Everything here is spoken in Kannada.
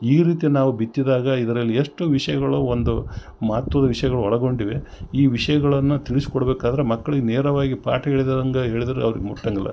ಈ ರೀತಿ ನಾವು ಬಿತ್ತಿದಾಗ ಇದ್ರಲ್ಲಿ ಎಷ್ಟು ವಿಷಯಗಳು ಒಂದು ಮಹತ್ವದ್ ವಿಷಯಗಳು ಒಳಗೊಂಡಿವೆ ಈ ವಿಷಯಗಳನ್ನು ತಿಳಿಸ್ಕೊಡಬೇಕಾದ್ರೆ ಮಕ್ಕಳಿಗೆ ನೇರವಾಗಿ ಪಾಠ ಹೇಳಿದಂಗೆ ಹೇಳಿದ್ರೆ ಅವ್ರಿಗೆ ಮುಟ್ಟೋಂಗಿಲ್ಲ